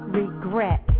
regret